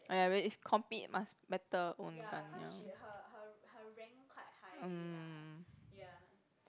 oh ya when is compete must better own gun ya